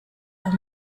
are